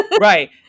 right